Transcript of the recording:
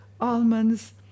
almonds